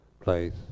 place